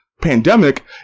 pandemic